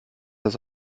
das